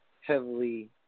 heavily